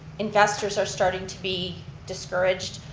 investors are starting to be discouraged.